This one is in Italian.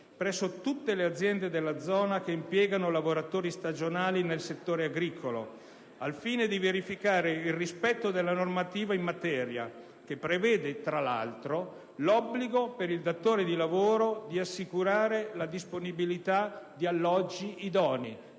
presso tutte le aziende della zona che impiegano lavoratori stagionali nel settore agricolo al fine di verificare il rispetto della normativa in materia che prevede, tra l'altro, l'obbligo per il datore di lavoro di assicurare la disponibilità di alloggi idonei,